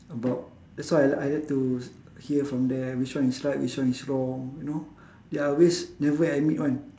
about that's why I li~ I like to hear from them which one is right which one is wrong you know they are always never admit [one]